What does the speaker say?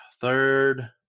third